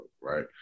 right